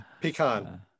Pecan